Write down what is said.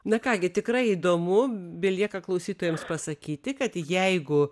na ką gi tikrai įdomu belieka klausytojams pasakyti kad jeigu